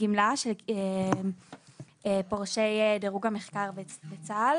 עדכוני הגמלה לגמלאי דירוג המחקר הביטחוני.